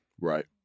right